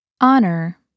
Honor